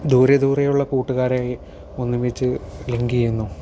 ദൂരെ ദൂരെ ഉള്ള കൂട്ടുകാരെ ഒരുമിച്ച് ലിങ്ക് ചെയ്യുന്നു